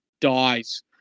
dies